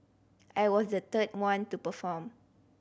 I was the third one to perform